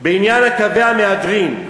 בעניין קווי המהדרין,